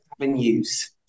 avenues